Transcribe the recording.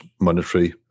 monetary